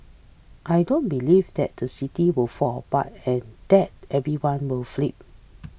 I don't believe that the city will fall apart and that everyone will flee